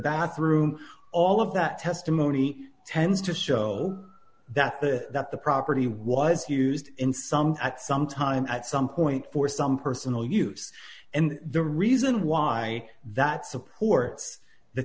bathroom all of that testimony tends to show that the that the property was used in some at some time at some point for some personal use and the reason why that supports the